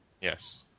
Yes